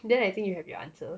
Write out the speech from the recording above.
then I think you have your answer